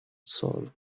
soul